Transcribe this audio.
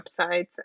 websites